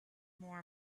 more